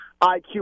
IQ